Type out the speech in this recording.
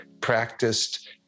practiced